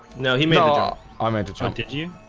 know he made ah i'm at the time did you?